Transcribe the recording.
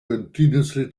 continuously